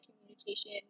communication